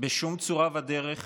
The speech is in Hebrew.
בשום צורה ודרך